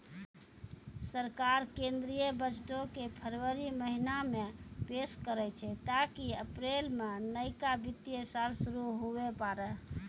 सरकार केंद्रीय बजटो के फरवरी महीना मे पेश करै छै ताकि अप्रैल मे नयका वित्तीय साल शुरू हुये पाड़ै